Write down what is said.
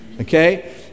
okay